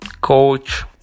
coach